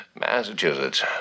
Massachusetts